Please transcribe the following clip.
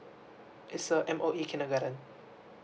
it's a M_O_E kindergarten